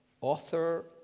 author